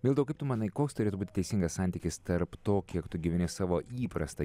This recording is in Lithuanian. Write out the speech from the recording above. milda o kaip tu manai koks turėtų būti teisingas santykis tarp to kiek tu gyveni savo įprastą